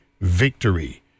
victory